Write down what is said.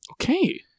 Okay